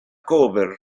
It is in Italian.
cover